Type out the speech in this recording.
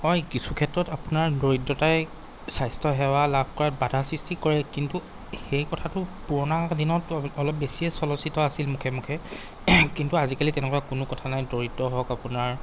হয় কিছু ক্ষেত্ৰত আপোনাৰ দৰিদ্ৰতাই স্বাস্থ্য সেৱা লাভ কৰাত বাধাৰ সৃষ্টি কৰে কিন্তু সেই কথাটো পুৰণা দিনত অলপ বেছিয়ে চলচিত আছিল মুখে মুখে কিন্তু আজিকালি তেনেকুৱা কোনো কথা নাই দৰিদ্ৰ হওক আপোনাৰ